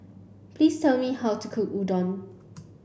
please tell me how to cook Udon